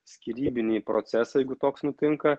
skyrybinį procesą jeigu toks nutinka